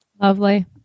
Lovely